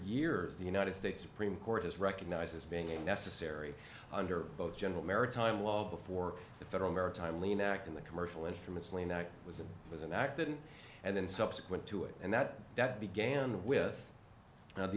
years the united states supreme court has recognized as being a necessary under both general maritime law before the federal maritime lien act in the commercial instruments lane that was it was an act then and then subsequent to it and that that began with